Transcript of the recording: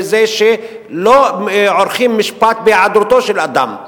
וזה שלא עורכים משפט בהיעדרו של אדם.